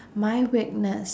my weakness